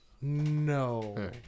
No